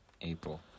April